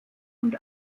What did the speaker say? und